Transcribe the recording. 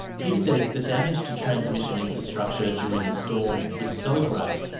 he says the damage to transmission infrastructure during the storm was so great,